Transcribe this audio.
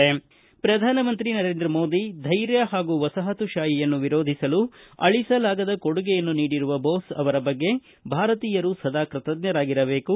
tweet ಸಂದೇಶದಲ್ಲಿ ಪ್ರಧಾನಿ ನರೇಂದ್ರ ಮೋದಿಧೈರ್ಯ ಹಾಗು ವಸಾಹತು ಶಾಹಿಯನ್ನು ವಿರೋಧಿಸಲು ಅಳಿಸಲಾಗದ ಕೊಡುಗೆಯನ್ನು ನೀಡಿರುವ ಬೋಸ್ ಅವರ ಬಗ್ಗೆ ಭಾರತೀಯರು ಸದಾ ಕೃತಜ್ಞರಾಗಿರಬೇಕು